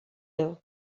though